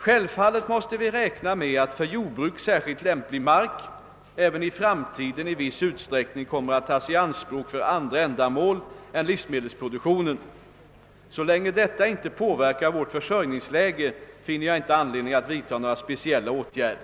Självfallet måste vi räkna med att för jordbruk särskilt lämplig mark även i framtiden i viss utsträckning kommer att tas i anspråk för andra ändamål än livsmedelsproduktion. Så länge detta inte påverkar vårt försörjningsläge finner jag inte anledning att vidta några speciella åtgärder.